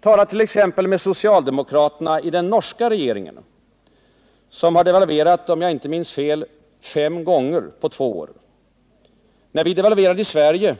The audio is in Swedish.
Tala t.ex. med socialdemokraterna i den norska regeringen, som har devalverat, om jag inte minns fel, fem gånger på två år. När vi devalverade här i Sverige,